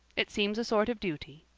it seems a sort of duty.